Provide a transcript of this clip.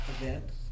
events